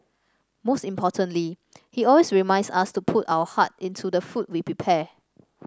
most importantly he always reminds us to put our heart into the food we prepare